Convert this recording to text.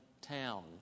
town